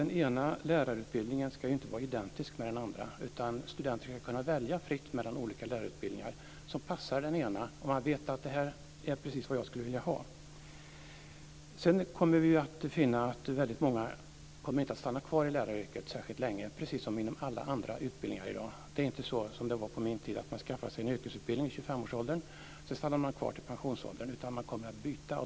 Den ena lärarutbildningen ska ju inte vara identisk med den andra. Studenter ska kunna välja fritt mellan olika lärarutbildningar som passar. De ska veta: Det här är precis vad jag skulle vilja ha. Sedan kommer vi att finna att väldigt många inte kommer att stanna kvar i läraryrket särskilt länge, precis som inom alla andra utbildningar i dag. Det är inte så som det var på min tid att människor skaffade sig en yrkesutbildning i 25-årsåldern och sedan stannade kvar till pensionsåldern, utan de kommer att byta.